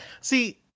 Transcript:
See